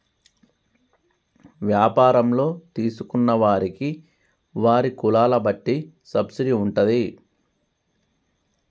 వ్యాపారంలో తీసుకున్న వారికి వారి కులాల బట్టి సబ్సిడీ ఉంటాది